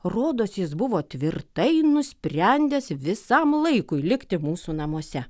rodos jis buvo tvirtai nusprendęs visam laikui likti mūsų namuose